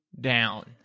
down